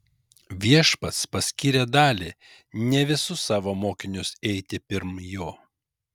viešpats paskyrė dalį ne visus savo mokinius eiti pirm jo